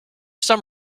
some